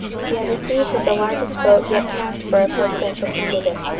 he had received the largest vote yet cast for a presidential candidate.